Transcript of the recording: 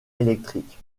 électrique